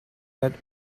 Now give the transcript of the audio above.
that